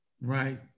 Right